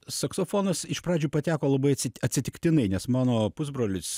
saksofonas iš pradžių pateko labai atsit atsitiktinai nes mano pusbrolis